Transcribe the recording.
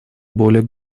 более